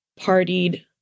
partied